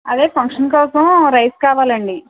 అదే ఫంక్షన్ కోసం రైస్ కావాలండి